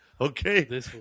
Okay